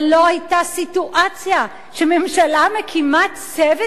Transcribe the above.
אבל לא היתה סיטואציה שממשלה מקימה צוות